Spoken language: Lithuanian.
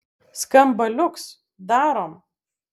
skamba liuks darom